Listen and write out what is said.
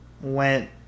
went